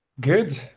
Good